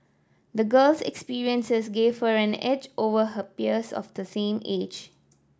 the girl's experiences gave her an edge over her peers of the same age